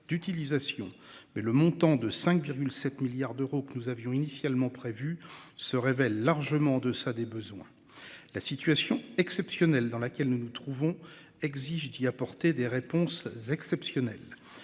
d'utilisation. Mais le montant de 5,7 milliards d'euros que nous avions initialement prévu se révèle largement en deçà des besoins. La situation exceptionnelle dans laquelle nous nous trouvons exige d'y apporter des réponses exceptionnelles